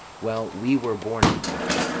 well, we were born to die.